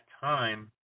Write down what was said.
time